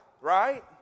right